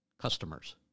customers